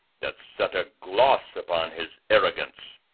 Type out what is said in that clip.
that set a gloss upon his arrogance.